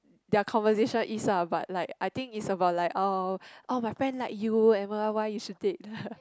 their conversation is ah but like I think it's about like oh oh my friend like you and why you should date